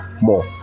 more